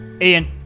Ian